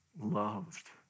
loved